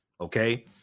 Okay